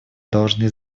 должны